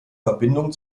verbindung